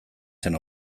zen